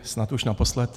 Snad už naposled.